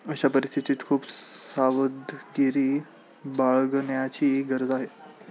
अशा परिस्थितीत खूप सावधगिरी बाळगण्याची गरज आहे